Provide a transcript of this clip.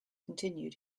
continued